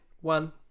one